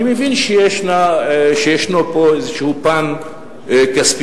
אני מבין שיש פה איזה פן כספי,